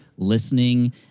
listening